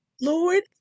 Lord